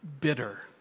bitter